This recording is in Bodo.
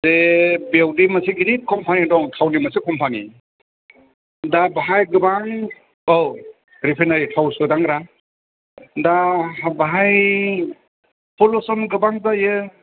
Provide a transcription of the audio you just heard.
जे बेयावदि मोनसे गिदिर कम्पानि दं थावनि मोनसे कम्पानि दा बेवहाय गोबां औ रिफाइनारि थाव सोदांग्रा दा बेवहाय पलिउसन गोबां जायो